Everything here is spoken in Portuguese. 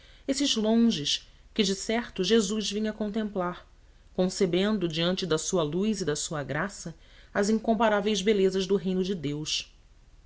esses longes que decerto jesus vinha contemplar concebendo diante da sua luz e da sua graça as incomparáveis belezas do reino de deus